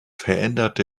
veränderte